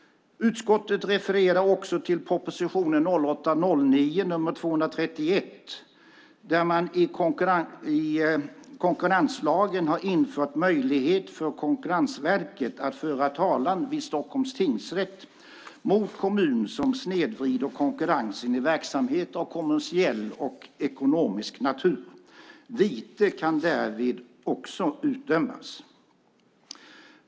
Utskottet refererar också till propositionen 2008/09:231 där man i konkurrenslagen har infört möjlighet för Konkurrensverket att föra talan vid Stockholms tingsrätt mot kommun som snedvrider konkurrensen i verksamheter av kommersiell och ekonomisk natur. Vite kan därvid också utdömas.